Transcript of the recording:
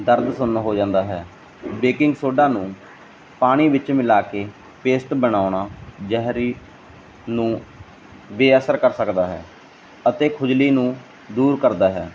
ਦਰਦ ਸੁੰਨ ਹੋ ਜਾਂਦਾ ਹੈ ਬੇਕਿੰਗ ਸੋਡਾ ਨੂੰ ਪਾਣੀ ਵਿੱਚ ਮਿਲਾ ਕੇ ਪੇਸਟ ਬਣਾਉਣ ਜਹਿਰੀ ਨੂੰ ਬੇਅਸਰ ਕਰ ਸਕਦਾ ਹੈ ਅਤੇ ਖੁਜਲੀ ਨੂੰ ਦੂਰ ਕਰਦਾ ਹੈ